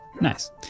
Nice